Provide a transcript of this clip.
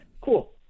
cool